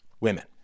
women